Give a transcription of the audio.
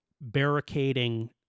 barricading